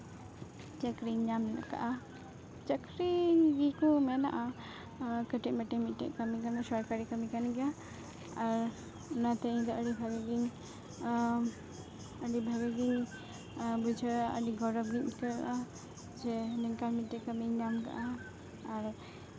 ᱪᱟᱹᱠᱨᱤᱧ ᱧᱟᱢ ᱠᱟᱜᱼᱟ ᱪᱟᱹᱠᱨᱤ ᱜᱮᱠᱚ ᱢᱮᱱᱟᱜᱼᱟ ᱟᱨ ᱠᱟᱹᱴᱤᱡᱼᱢᱟᱹᱴᱤᱡ ᱢᱤᱫᱴᱮᱱ ᱠᱟᱹᱢᱤ ᱠᱟᱱᱟ ᱥᱚᱨᱠᱟᱨᱤ ᱠᱟᱹᱢᱤ ᱠᱟᱱ ᱜᱮᱭᱟ ᱟᱨ ᱚᱱᱟᱛᱮ ᱤᱧ ᱫᱚ ᱟᱹᱰᱤ ᱵᱷᱟᱹᱜᱤ ᱜᱤᱧ ᱟᱹᱰᱤ ᱵᱷᱟᱹᱜᱤ ᱜᱤᱧ ᱵᱩᱡᱷᱟᱹᱣᱟ ᱟᱹᱰᱤ ᱜᱚᱨᱚᱵᱽ ᱜᱤᱧ ᱟᱹᱭᱠᱟᱹᱣᱮᱫᱼᱟ ᱡᱮ ᱱᱤᱝᱠᱟᱱ ᱢᱤᱫᱴᱮᱱ ᱠᱟᱹᱢᱤᱧ ᱧᱟᱢ ᱠᱟᱫᱼᱟ ᱟᱨ